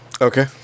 Okay